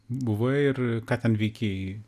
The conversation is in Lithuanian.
buvai ir ką ten veikei